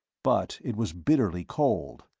but it was bitterly cold.